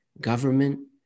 government